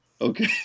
Okay